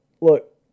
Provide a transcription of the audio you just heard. look